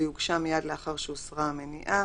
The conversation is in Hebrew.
והיא הוגשה מיד לאחר שהוסרה המניעה.